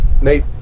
Nate